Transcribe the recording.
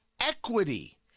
Equity